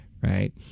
right